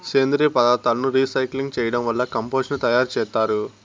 సేంద్రీయ పదార్థాలను రీసైక్లింగ్ చేయడం వల్ల కంపోస్టు ను తయారు చేత్తారు